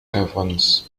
events